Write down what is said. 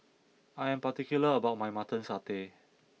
I am particular about my Mutton Satay